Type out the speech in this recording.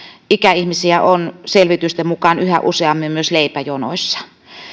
ikäihmisiä on selvitysten mukaan yhä useammin myös leipäjonoissa